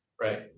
right